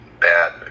bad